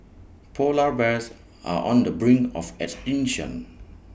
Polar Bears are on the brink of extinction